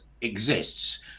exists